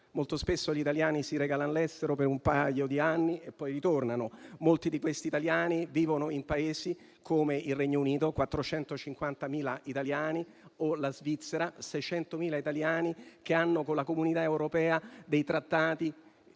molto spesso gli italiani si recano all'estero per un paio di anni e poi ritornano, molti di questi italiani vivono in Paesi come il Regno Unito (450.000 italiani) o la Svizzera (600.000 italiani) che hanno con la Comunità europea dei Trattati